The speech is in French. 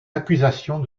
accusations